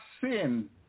sin